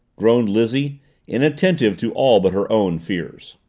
groaned lizzie inattentive to all but her own fears.